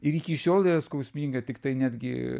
ir iki šiol yra skausminga tiktai netgi